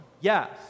Yes